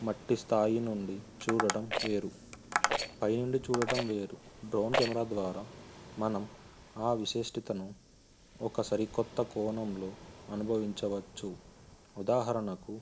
మట్టి స్థాయి నుండి చూడటం వేరు పైనుండి చూడటం వేరు డ్రోన్ కెమెరా ద్వారా మనం ఆ విశిష్టతను ఒక సరి కొత్త కోణంలో అనుభవించవచ్చు ఉదాహరణకు